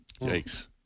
Yikes